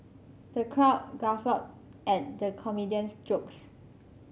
the crowd guffawed at the comedian's jokes